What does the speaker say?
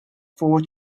four